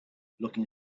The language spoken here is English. looking